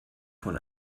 von